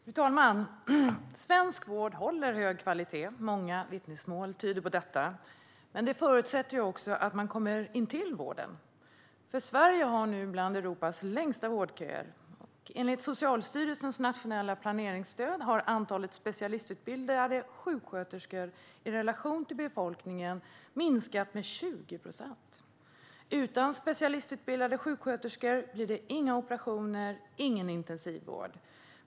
Fru talman! Svensk vård håller hög kvalitet - många vittnesmål tyder på detta. Men det förutsätter att man kommer in till vården, för Sverige har nu bland Europas längsta vårdköer. Enligt Socialstyrelsens nationella planeringsstöd har antalet specialistutbildade sjuksköterskor i relation till befolkningen minskat med 20 procent. Utan specialistutbildade sjuksköterskor blir det inga operationer och ingen intensivvård.